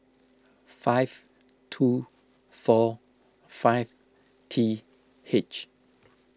five two four five T H